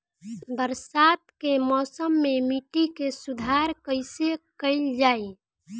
बरसात के मौसम में मिट्टी के सुधार कईसे कईल जाई?